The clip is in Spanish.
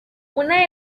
una